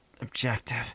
objective